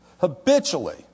habitually